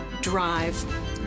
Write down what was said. drive